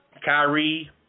Kyrie